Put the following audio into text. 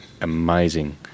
amazing